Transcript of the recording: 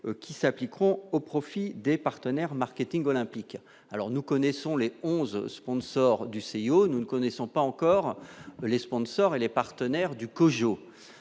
qui s'appliqueront au profit des partenaires marketing olympique alors nous connaissons les 11 sponsors du CIO, nous ne connaissons pas encore les sponsors et les partenaires du COJO